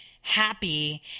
happy